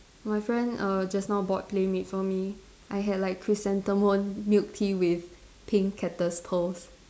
my friend err just now bought PlayMade for me I had like chrysanthemum milk tea with pink cactus pearls